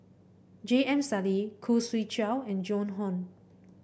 J M Sali Khoo Swee Chiow and Joan Hon